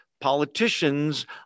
politicians